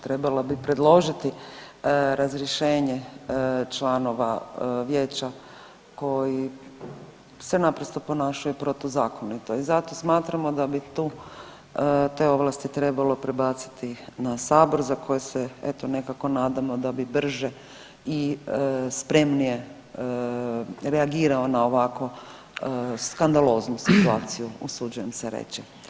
Trebala bi predložiti razrješenje članova Vijeća koji se naprosto ponašaju protuzakonito i zato smatramo da bi tu te ovlasti trebalo prebaciti na Sabor za koje se eto, nekako nadamo da bi brže i spremnije reagirao na ovako skandaloznu situaciju, usuđujem se reći.